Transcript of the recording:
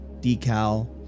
decal